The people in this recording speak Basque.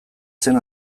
zen